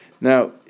Now